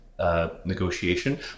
negotiation